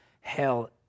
hell